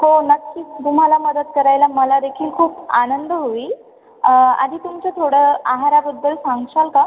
हो नक्कीच तुम्हाला मदत करायला मला देखील खूप आनंद होईल आधी तुमचं थोडं आहाराबद्दल सांगशाल का